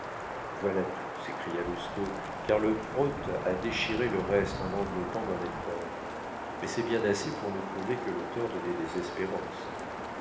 voilà tout s'écria lousteau car le prote a déchiré le reste en enveloppant mon épreuve mais c'est bien assez pour nous prouver que l'auteur donnait des espérances